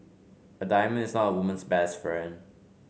a diamond is not a woman's best friend